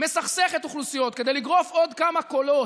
חסרת היגיון לחלוטין,